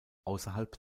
außerhalb